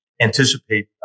anticipate